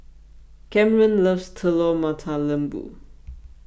Camren loves Telur Mata Lembu